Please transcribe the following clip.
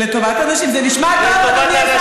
היית מאמין?